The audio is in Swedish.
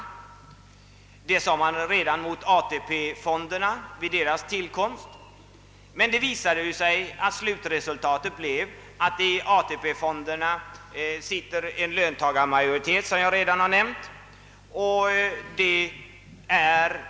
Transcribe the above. Ja, det sade man redan vid ATP-fondernas tillkomst. Men det visade sig att slutresultatet blev att det i ATP-fondernas styrelse sitter en löntagarmajoritetet, som jag redan förut har nämnt.